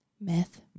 Meth